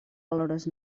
valores